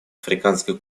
африканской